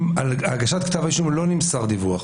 על הגשת כתב האישום לא נמסר דיווח.